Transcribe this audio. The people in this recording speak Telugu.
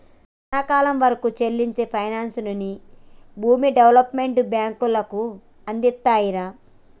సానా కాలం వరకూ సెల్లించే పైనాన్సుని భూమి డెవలప్మెంట్ బాంకులు అందిత్తాయిరా